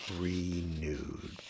renewed